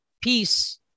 peace